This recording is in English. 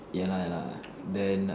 ya lah ya lah then